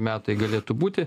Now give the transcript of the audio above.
metai galėtų būti